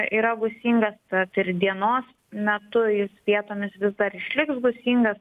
yra gūsingas tad ir dienos metu jis vietomis vis dar išliks gūsingas